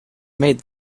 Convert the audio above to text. made